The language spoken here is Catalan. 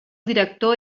director